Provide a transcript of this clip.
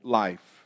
life